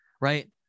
Right